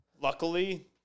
luckily